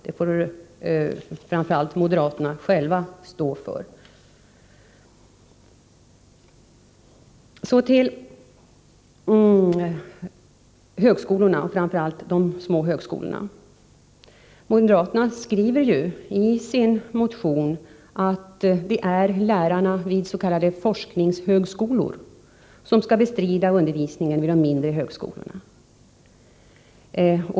Den får framför allt moderaterna själva stå för. Så till frågan om högskolorna, framför allt de mindre högskolorna. Moderaterna skriver i sin motion att det är lärarna vid s.k. forskningshögskolor som skall bestrida undervisningen vid de mindre högskolorna.